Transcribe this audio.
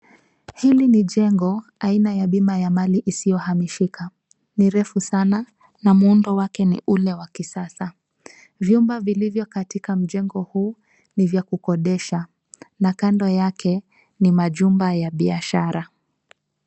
Hili ni jengo aina ya bima ya mali isiyohamishika. Ni refu sana na muundo wake ni ule wa kisasa. Vyumba vilivyo katika mjengo huu ni vya kukodisha na kando yake ni majumba ya biashara.